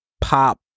pop